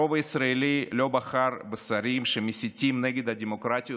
הרוב הישראלי לא בחר בשרים שמסיתים נגד הדמוקרטיות